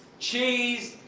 cheese.